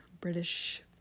British